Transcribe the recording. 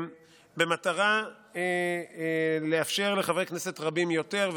במטרה לאפשר לחברי כנסת רבים יותר,